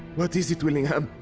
what is it, willingham?